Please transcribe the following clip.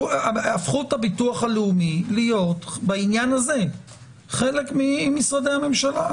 הפכו את הביטו הלאומי להיות בעניין הזה חלק ממשרדי הממשלה.